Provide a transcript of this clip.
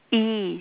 !ee!